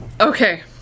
Okay